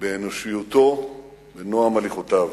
באנושיותו ובנועם הליכותיו.